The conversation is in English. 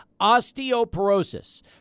Osteoporosis